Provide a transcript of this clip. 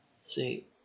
See